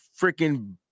freaking